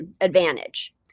advantage